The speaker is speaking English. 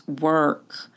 work